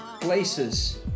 places